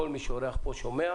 כל מי שאורח פה שומע,